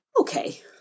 Okay